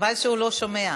חבל שהוא לא שומע.